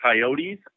Coyotes